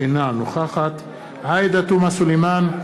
אינה נוכחת עאידה תומא סלימאן,